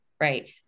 Right